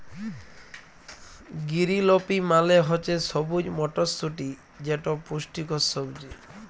গিরিল pea মালে হছে সবুজ মটরশুঁটি যেট পুষ্টিকর সবজি